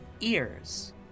ears